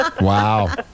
Wow